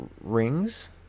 Rings